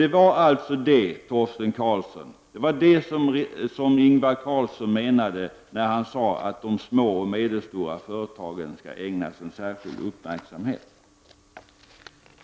Det var alltså detta som Ingvar Carlsson menade, Torsten Karlsson, när han sade att de små och medelstora företagen skall ägnas särskild uppmärksamhet.